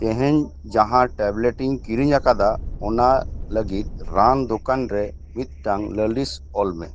ᱛᱮᱦᱮᱧ ᱡᱟᱦᱟᱸ ᱴᱮᱵᱞᱮᱴᱤᱧ ᱠᱤᱨᱤᱧᱟᱠᱟᱫᱟ ᱚᱱᱟ ᱞᱟ ᱜᱤᱫ ᱨᱟᱱ ᱫᱚᱠᱟᱱ ᱨᱮ ᱢᱤᱫᱴᱟᱝ ᱞᱟ ᱞᱤᱥ ᱚᱞᱢᱮ